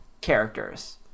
characters